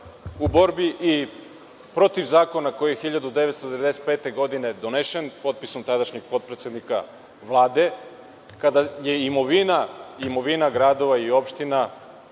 u borbi protiv zakona koje je 1995. godine donesen, potpisom tadašnjeg potpredsednika Vlade, kada je imovina gradova i opština